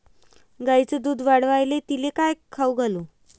गायीचं दुध वाढवायले तिले काय खाऊ घालू?